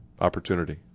opportunity